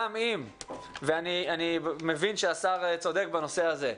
אני מבין שהשר צודק בנושא הזה,